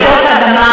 בנושא רעידות האדמה,